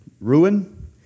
Ruin